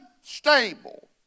unstable